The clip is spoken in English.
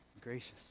gracious